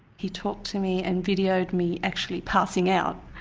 he talked to me and videoed me actually passing out.